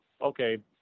okay